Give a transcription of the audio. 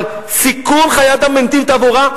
על סיכון חיי אדם בנתיב תעבורה,